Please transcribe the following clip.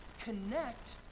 connect